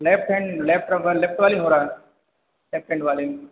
left hand left वाबा left वाली में हो रहा है सेकंड वाली में